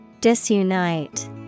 Disunite